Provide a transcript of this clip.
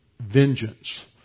vengeance